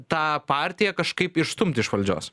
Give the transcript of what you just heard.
tą partiją kažkaip išstumt iš valdžios